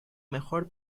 mejor